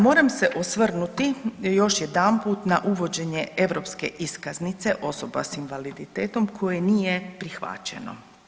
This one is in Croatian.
Moram se osvrnuti još jedanput na uvođenje europske iskaznice osoba s invaliditetom koje nije prihvaćeno.